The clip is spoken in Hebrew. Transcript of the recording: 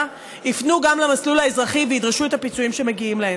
יפנו גם למסלול האזרחי וידרשו את הפיצויים שמגיעים להן.